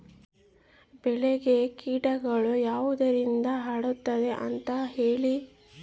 ಬೆಳೆಗೆ ಕೇಟಗಳು ಯಾವುದರಿಂದ ಹರಡುತ್ತದೆ ಅಂತಾ ಹೇಳಿ?